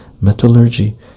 metallurgy